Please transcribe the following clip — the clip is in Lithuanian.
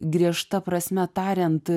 griežta prasme tariant